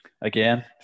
again